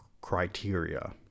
criteria